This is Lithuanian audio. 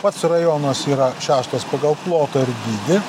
pats rajonas yra šeštas pagal plotą ir dydį